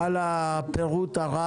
אביר, תודה לך על הפירוט הרב.